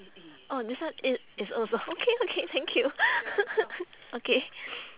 oh this one it it's also okay okay thank you okay